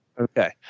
Okay